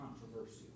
controversial